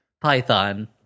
Python